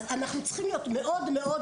אז אנחנו צריכים להיות מאוד מאוד